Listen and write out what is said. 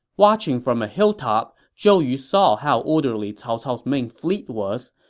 watching from a hilltop, zhou yu saw how orderly cao cao's main fleet was.